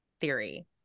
theory